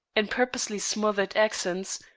in purposely smothered accents,